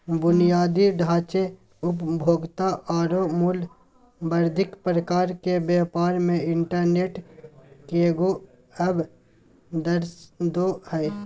बुनियादी ढांचे, उपभोक्ता औरो मूल्य वर्धित प्रकार के व्यापार मे इंटरनेट केगों अवसरदो हइ